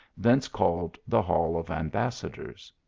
thence called the hall of ambassadors.